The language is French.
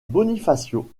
bonifacio